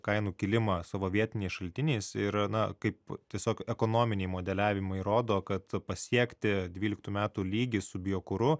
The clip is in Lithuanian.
kainų kilimą savo vietiniais šaltiniais ir na kaip tiesiog ekonominiai modeliavimai rodo kad pasiekti dvyliktų metų lygį su biokuru